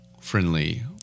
friendly